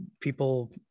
people